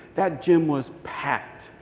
that gym was packed.